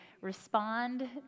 respond